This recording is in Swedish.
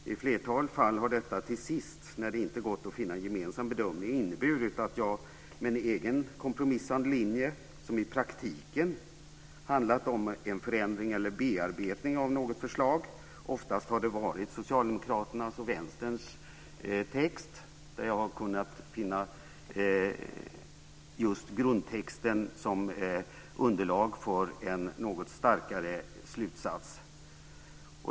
I ett flertal fall har detta till sist, när det inte gått att finna en gemensam bedömning, inneburit att jag kommit med en egen kompromisslinje som i praktiken handlat om en förändring eller bearbetning av något förslag. Oftast har det varit socialdemokraternas och Vänsterns text, där jag har kunnat finna just grundtexten som underlag för en något skarpare formulerad slutsats.